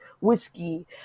whiskey